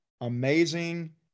amazing